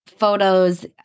photos